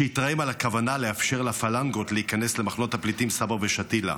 שהתרעם על הכוונה לאפשר לפלנגות להיכנס למחנות הפליטים סברה ושתילה.